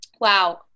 Wow